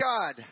God